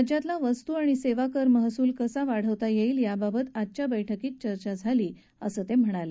राज्यातला वस्तू आणि सेवा कर महसूल कसा वाढवता येईल याबाबत आजच्या बैठकीत चर्चा झाली असं ते म्हणाले